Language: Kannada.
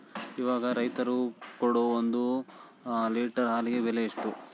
ಇವಾಗ ರೈತರು ಕೊಡೊ ಒಂದು ಲೇಟರ್ ಹಾಲಿಗೆ ಬೆಲೆ ಎಷ್ಟು?